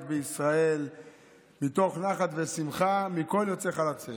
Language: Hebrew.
בישראל מתוך נחת ושמחה מכל יוצאי חלציהם.